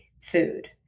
food